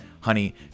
Honey